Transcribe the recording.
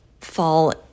fall